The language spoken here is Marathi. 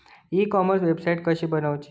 ई कॉमर्सची वेबसाईट कशी बनवची?